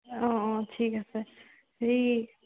অঁ অঁ ঠিক আছে এই